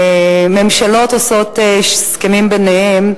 ממשלות עושות הסכמים ביניהן,